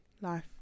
life